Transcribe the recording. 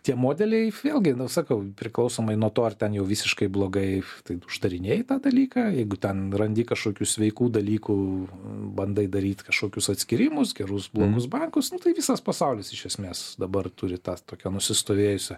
tie modeliai vėlgi sakau priklausomai nuo to ar ten jau visiškai blogai tai uždarinėji tą dalyką jeigu ten randi kažkokių sveikų dalykų bandai daryt kažkokius atskyrimus gerus blogus bankus tai visas pasaulis iš esmės dabar turi tą tokią nusistovėjusią